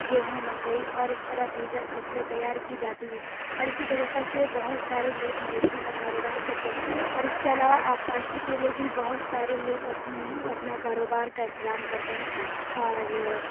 گیہوں مکئی اور اس طرح دیگر فصلیں تیار کی جاتی ہیں اور اسی طریقے سے بہت سارے لوگ مویشی کا کاروبار کرتے ہیں اور اس کے علاوہ آبپاشی کے لیے بھی بہت سارے لوگ اپنا کاروبار کا انتظام کرتے ہیں اور